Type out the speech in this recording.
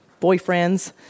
boyfriends